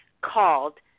called